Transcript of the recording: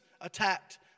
attacked